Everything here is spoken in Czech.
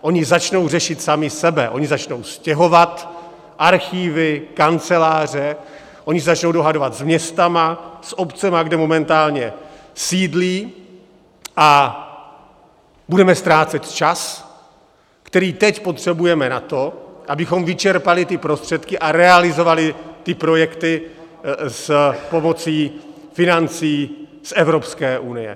Oni začnou řešit sami sebe, oni začnou stěhovat archivy, kanceláře, oni se začnou dohadovat s městy, s obcemi, kde momentálně sídlí, a budeme ztrácet čas, který teď potřebujeme na to, abychom vyčerpali ty prostředky a realizovali ty projekty pomocí financí z Evropské unie.